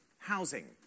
housing